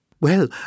Well